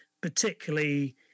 particularly